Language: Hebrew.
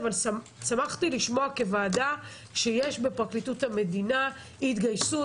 כוועדה שמחתי לשמוע שיש בפרקליטות המדינה התגייסות,